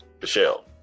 Michelle